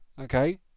okay